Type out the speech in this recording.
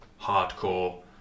hardcore